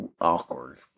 awkward